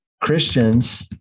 Christians